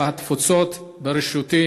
העלייה, הקליטה והתפוצות בראשותי